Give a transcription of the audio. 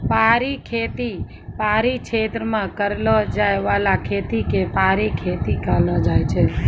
पहाड़ी खेती पहाड़ी क्षेत्र मे करलो जाय बाला खेती के पहाड़ी खेती कहलो जाय छै